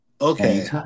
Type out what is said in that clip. Okay